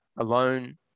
alone